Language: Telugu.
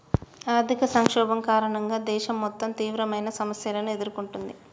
ఆర్థిక సంక్షోభం కారణంగా దేశం మొత్తం తీవ్రమైన సమస్యలను ఎదుర్కొంటుంది